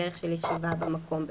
בדרך של ישיבה במקום.